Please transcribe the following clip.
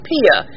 Pia